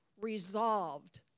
resolved